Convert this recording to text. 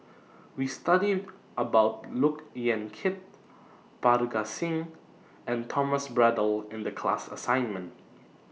We studied about Look Yan Kit Parga Singh and Thomas Braddell in The class assignment